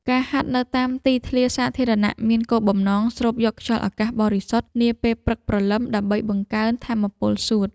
ការហាត់នៅតាមទីធ្លាសាធារណៈមានគោលបំណងស្រូបយកខ្យល់អាកាសបរិសុទ្ធនាពេលព្រឹកព្រលឹមដើម្បីបង្កើនថាមពលសួត។